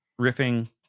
Riffing